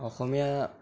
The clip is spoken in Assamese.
অসমীয়া